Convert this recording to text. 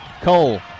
Cole